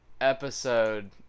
episode